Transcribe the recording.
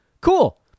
Cool